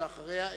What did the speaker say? ואחריה,